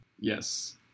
Yes